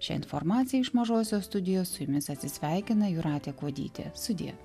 šią informaciją iš mažosios studijos su jumis atsisveikina jūratė kuodytė sudie